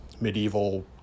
medieval